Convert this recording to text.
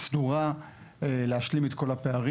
סדורה להשלים את כל הפערים.